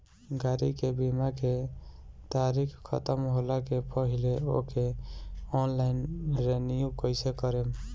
गाड़ी के बीमा के तारीक ख़तम होला के पहिले ओके ऑनलाइन रिन्यू कईसे करेम?